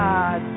God